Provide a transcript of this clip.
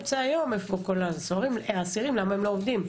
אמצע היום, איפה כל האסירים, למה הם לא עובדים?